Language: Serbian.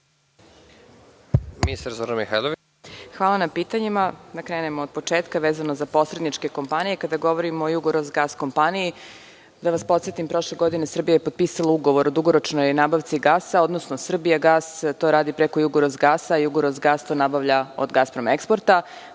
Hvala na pitanjima. Da krenemo od početka, vezano za posredničke kompanije. Kada govorimo o „Jugoros-gas“ kompaniji, da vas podsetim, prošle godine Srbija je potpisala ugovor o dugoročnoj nabavci gasa, odnosno „Srbijagas“ to radi preko „Jugoros-gas“ a „Jugoros-gas“ to nabavlja od „Gasprom eksporta“.